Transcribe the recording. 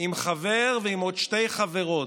עם חבר ועם עוד שתי חברות,